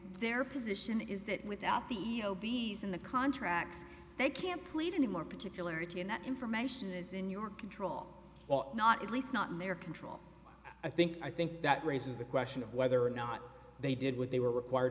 their position is that without the e o b's in the contract they can't plead anymore particularly in that information is in your control or not at least not in their control i think i think that raises the question of whether or not they did what they were required